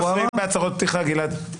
לא מפריעים בהצהרות פתיחה, גלעד.